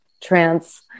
trance